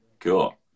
Cool